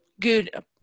good